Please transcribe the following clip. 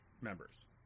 members